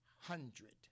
hundred